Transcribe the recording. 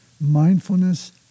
mindfulness